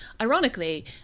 ironically